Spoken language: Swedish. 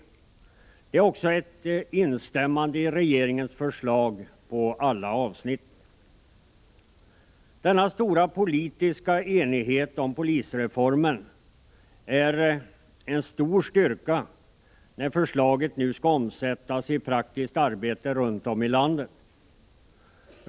Det innebär också ett tillstyrkande av regeringens förslag i alla avsnitt. Denna stora politiska enighet om polisreformen är en stor styrka när förslagen nu skall omsättas i praktiskt arbete runt om i landet.